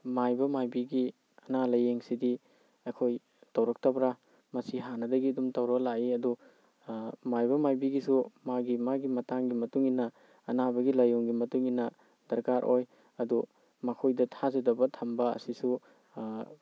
ꯃꯥꯏꯕ ꯃꯥꯏꯕꯤꯒꯤ ꯑꯅꯥ ꯂꯥꯏꯌꯦꯡꯁꯤꯗꯤ ꯑꯩꯈꯣꯏ ꯇꯧꯔꯛꯇꯕ꯭ꯔꯥ ꯃꯁꯤ ꯍꯥꯟꯅꯗꯒꯤ ꯑꯗꯨꯝ ꯇꯧꯔ ꯂꯥꯛꯏ ꯑꯗꯣ ꯃꯥꯏꯕ ꯃꯥꯏꯕꯤꯒꯤꯁꯨ ꯃꯥꯒꯤ ꯃꯥꯒꯤ ꯃꯇꯥꯡꯒꯤ ꯃꯇꯨꯡꯏꯟꯅ ꯑꯅꯥꯕꯒꯤ ꯂꯥꯏꯑꯣꯡꯒꯤ ꯃꯇꯨꯡꯏꯟꯅ ꯗꯔꯀꯥꯔ ꯑꯣꯏ ꯑꯗꯣ ꯃꯈꯣꯏꯗ ꯊꯥꯖꯗꯕ ꯊꯝꯕ ꯑꯁꯤꯁꯨ